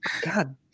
God